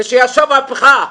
כשישב אפך,